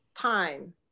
time